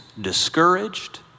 discouraged